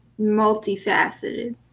multifaceted